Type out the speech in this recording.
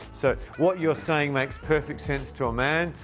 so what you're saying makes perfect sense to a man.